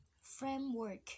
framework